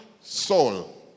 soul